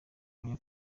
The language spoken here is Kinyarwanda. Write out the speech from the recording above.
ahamya